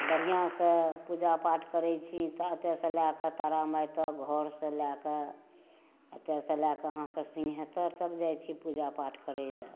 बढ़िआसँ पूजा पाठ करै छी तऽ एतय सॅं लए कऽ तारामाइ तक घर से लए कऽ एतय सॅं लए कऽ अहाँके सिंहगेश्वर तक जाइ छी पूजा पाठ करै लए